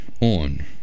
On